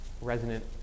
resonant